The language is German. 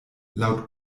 laut